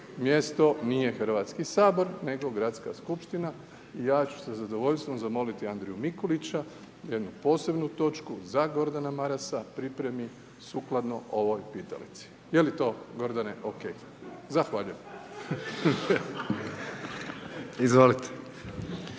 mjesto nije Hrvatski sabor nego Gradska skupština. I ja ću sa zadovoljstvom zamoliti Andriju Mikulića jednu posebnu točku za Gordana Marasa pripremi sukladno ovoj pitalici. Je li to Gordane OK? Zahvaljujem.